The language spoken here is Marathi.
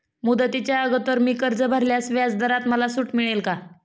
मुदतीच्या अगोदर मी कर्ज भरल्यास व्याजदरात मला सूट मिळेल का?